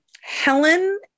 Helen